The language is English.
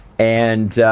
and,